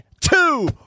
two